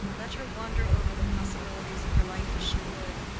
let her wander over the possibilities of her life as she would,